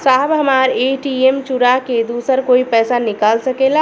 साहब हमार ए.टी.एम चूरा के दूसर कोई पैसा निकाल सकेला?